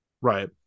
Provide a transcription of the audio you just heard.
Right